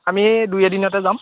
আমি এই দুই এদিনতে যাম